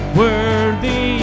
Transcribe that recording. worthy